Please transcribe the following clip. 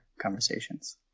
conversations